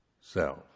self